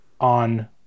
on